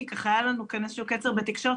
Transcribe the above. כי ככה היה לנו כאן איזה שהוא קצר בתקשורת.